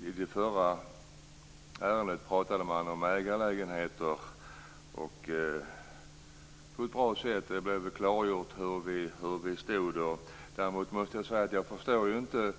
I det förra ärendet pratade man om ägarlägenheter på ett bra sätt. Det blev klargjort var vi stod. Däremot måste jag säga att jag inte förstår